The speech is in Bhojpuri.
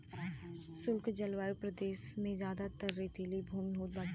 शुष्क जलवायु प्रदेश में जयादातर रेतीली भूमि होत बाटे